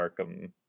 arkham